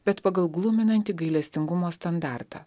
bet pagal gluminantį gailestingumo standartą